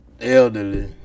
elderly